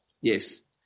Yes